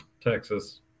Texas